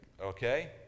Okay